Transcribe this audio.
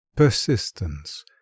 Persistence